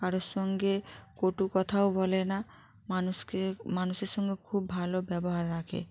কারোর সঙ্গে কটু কথাও বলে না মানুষকে মানুষের সঙ্গে খুব ভালো ব্যবহার রাখে